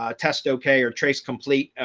ah test, okay, or trace complete.